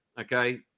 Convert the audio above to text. Okay